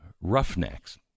roughnecks